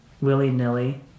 willy-nilly